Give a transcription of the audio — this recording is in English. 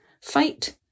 Fight